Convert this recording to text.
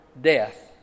death